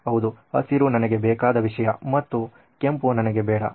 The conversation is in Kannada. ಹೌದು ಹಸಿರು ನನಗೆ ಬೇಕಾದ ವಿಷಯ ಮತ್ತು ಕೆಂಪು ನನಗೆ ಬೇಡ